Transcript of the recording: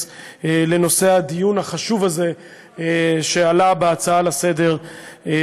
לנושא הדיון החשוב הזה שעלה בהצעות לסדר-היום,